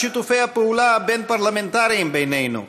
שיתופי הפעולה הבין-פרלמנטריים בינינו,